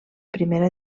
primera